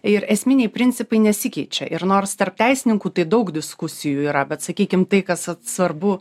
ir esminiai principai nesikeičia ir nors tarp teisininkų tai daug diskusijų yra bet sakykim tai kas svarbu